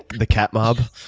the cat mob?